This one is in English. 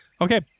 Okay